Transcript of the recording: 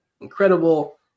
incredible